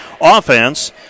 offense